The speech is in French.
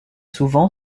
souvent